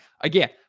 again